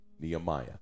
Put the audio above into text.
Nehemiah